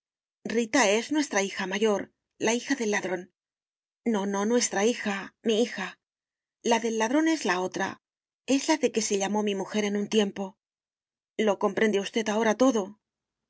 rita es nuestra hija mayor la hija del ladrón no no nuestra hija mi hija la del ladrón es la otra es la de que se llamó mi mujer en un tiempo lo comprende usted ahora todo